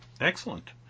Excellent